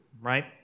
right